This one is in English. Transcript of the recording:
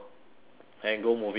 and go movie marathon